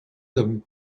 them